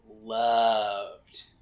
loved